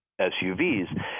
SUVs